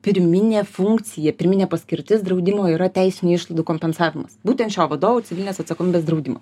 pirminė funkcija pirminė paskirtis draudimo yra teisinių išlaidų kompensavimas būtent šio vadovo civilinės atsakomybės draudimo